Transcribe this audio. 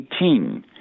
2018